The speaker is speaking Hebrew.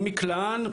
הוא מקלען,